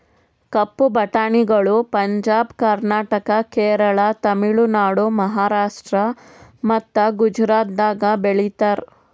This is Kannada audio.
ಕಪ್ಪು ಬಟಾಣಿಗಳು ಪಂಜಾಬ್, ಕರ್ನಾಟಕ, ಕೇರಳ, ತಮಿಳುನಾಡು, ಮಹಾರಾಷ್ಟ್ರ ಮತ್ತ ಗುಜರಾತದಾಗ್ ಬೆಳೀತಾರ